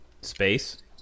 Space